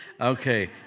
Okay